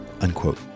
unquote